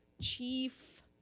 chief